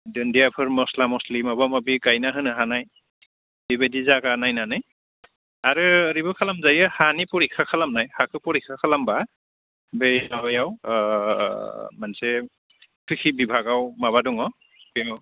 दुन्दियाफोर मस्ला मस्लि माबा माबि गायना होनो हानाय बेबायदि जागा नायनानै आरो ओरैबो खालामजायो हानि परिक्षा खालामनाय हाखौ परिक्षा खालामबा बै माबायाव मोनसे क्रिखि बिभागाव माबा दङ बेयाव